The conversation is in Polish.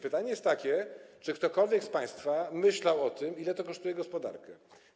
Pytanie jest takie: Czy ktokolwiek z państwa myślał o tym, ile to kosztuje gospodarkę?